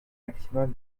maximale